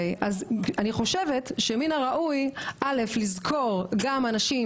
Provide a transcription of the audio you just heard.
אני חושבת שמן הראוי לזכור אנשים